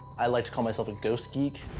i like to call myself a ghost geek.